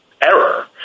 error